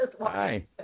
Hi